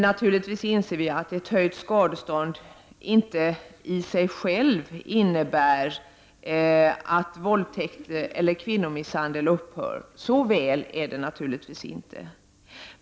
Naturligtvis inser vi att ett höjt skadestånd i sig inte innebär att våldtäkter eller kvinnomisshandel upphör. Så väl är det självfallet inte.